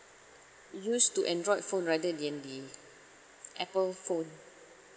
used to android phone rather than the apple phone